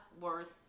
worth